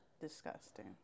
disgusting